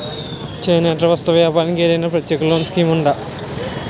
చేనేత వస్త్ర వ్యాపారానికి ఏదైనా ప్రత్యేక లోన్ స్కీం ఉందా?